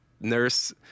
nurse